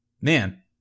Man